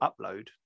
upload